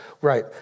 Right